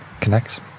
connects